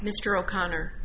mr o'connor